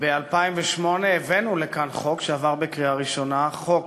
ב-2008 הבאנו לכאן חוק שעבר בקריאה ראשונה, חוק